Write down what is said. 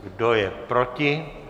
Kdo je proti?